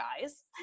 guys